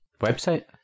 Website